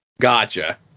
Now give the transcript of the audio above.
Gotcha